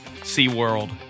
SeaWorld